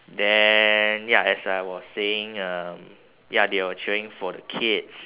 then ya as I was saying um ya they were cheering for the kids